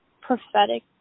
prophetic